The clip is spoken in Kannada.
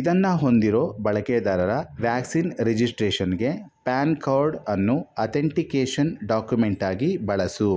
ಇದನ್ನು ಹೊಂದಿರೋ ಬಳಕೆದಾರರ ವ್ಯಾಕ್ಸಿನ್ ರಿಜಿಸ್ಟ್ರೇಷನ್ಗೆ ಪ್ಯಾನ್ ಕಾರ್ಡನ್ನು ಅಥೆಂಟಿಕೇಷನ್ ಡಾಕ್ಯುಮೆಂಟಾಗಿ ಬಳಸು